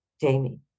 Jamie